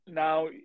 Now